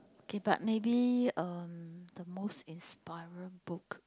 okay but maybe um the most inspiring book